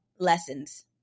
lessons